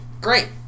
Great